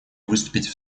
выступить